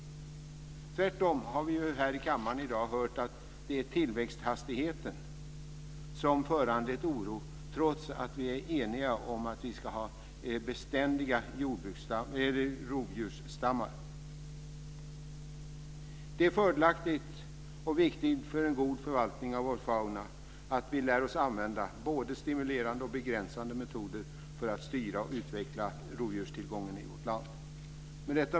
Vi har tvärtom hört här i kammaren i dag att det är tillväxthastigheten som föranlett oro, trots att vi är eniga om att vi ska beständiga rovdjursstammar. Det är fördelaktigt och viktigt för en god förvaltning av vår fauna att vi lär oss använda både stimulerande och begränsande metoder för att styra och utveckla rovdjurstillgången i vårt land. Fru talman!